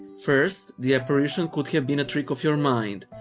first, the apparition could have been a trick of your mind,